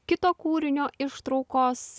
kito kūrinio ištraukos